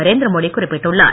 நரேந்திரமோடி குறிப்பிட்டுள்ளார்